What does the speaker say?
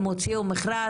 הם הוציאו מכרז,